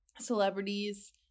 celebrities